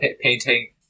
painting